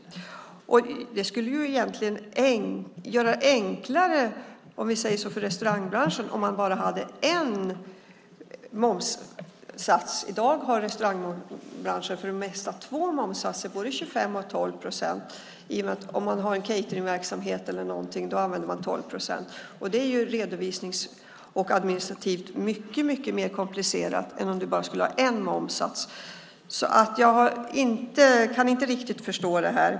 Det skulle egentligen göra det enklare för restaurangbranschen om man bara hade en momssats. I dag har restaurangbranschen för det mesta två momssatser, både 25 och 12 procent. Om man har en cateringverksamhet till exempel använder man 12 procent. Det är ju redovisningsmässigt och administrativt mycket mer komplicerat än om man bara har en momssats. Jag kan inte riktigt förstå detta.